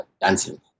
dancing